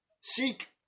Seek